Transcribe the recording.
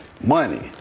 money